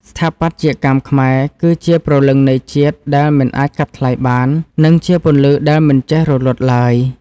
ស្ថាបត្យកម្មខ្មែរគឺជាព្រលឹងនៃជាតិដែលមិនអាចកាត់ថ្លៃបាន និង ជាពន្លឺដែលមិនចេះរលត់ឡើយ។